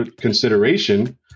consideration